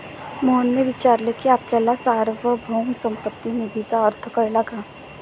मोहनने विचारले की आपल्याला सार्वभौम संपत्ती निधीचा अर्थ कळला का?